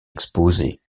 exposés